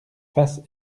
faces